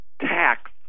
tax